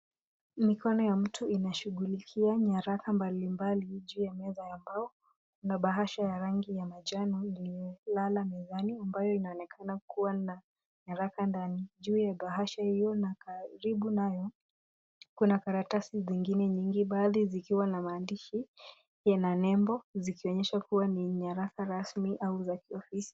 Mikono ya mtu inashughulikia nyaraka mbali mbali juu ya meza ya mbao na bahasha ya rangi ya manjano limelala mezani ambayo inaonekana kuwa na waraka ndani. Juu ya bahasha hiyo na karibu nayo, kuna karatasi zingine nyingi baadhi zikiwa na maandishiikiwa na nembo zikionyesha kuwa ni nyaraka rasmi au za kiofisi.